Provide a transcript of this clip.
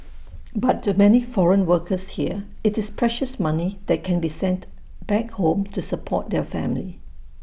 but to many foreign workers here it's precious money that can be sent back home to support their family